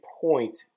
point